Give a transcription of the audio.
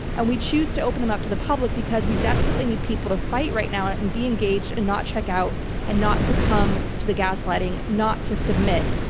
and we choose to open them up to the public because we desperately need people to fight right now and and be engaged and not checkout and not succumb to the gaslighting. and not to submit.